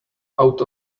out